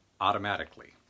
automatically